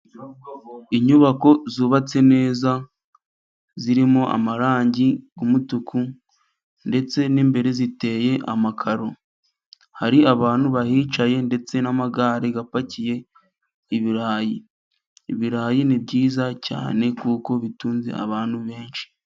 Inyubako zubatse neza zirimo amarangi y'umutuku, ndetse n'imbere ziteye amakaro. Hari abantu bahicaye ndetse n'amagare apakiye ibirayi, ibirayi ni byiza cyane kuko bitunze abantu benshi.